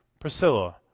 Priscilla